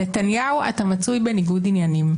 נתניהו, אתה מצוי בניגוד עניינים.